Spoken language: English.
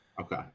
Okay